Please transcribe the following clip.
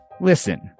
Listen